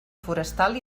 forestal